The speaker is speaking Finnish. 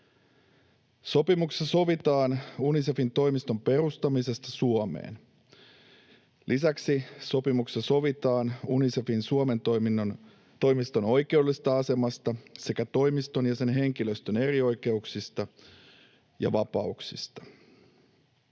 Sopimuksessa sovitaan Unicefin toimiston perustamisesta Suomeen. Lisäksi sopimuksessa sovitaan Unicefin Suomen toimiston oikeudellisesta asemasta sekä toimiston ja sen henkilöstön erioikeuksista ja -vapauksista.